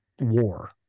War